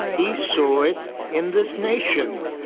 he saw it in this nation.